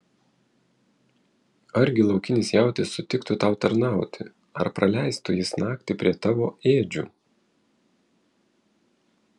argi laukinis jautis sutiktų tau tarnauti ar praleistų jis naktį prie tavo ėdžių